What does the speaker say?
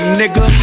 nigga